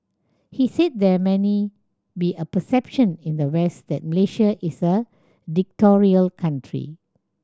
he said there many be a perception in the West that Malaysia is a dictatorial country